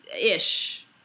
Ish